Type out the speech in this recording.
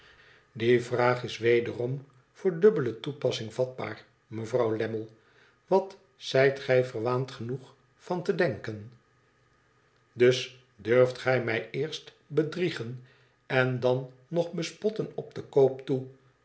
die vraag is wederom voor dubbele toepassing vatbaar mevrouw lammie wat zijt gij verwaand genoeg van te denken dus durft gij mij eerst bedriegen en dan nog bespotten op den koop toe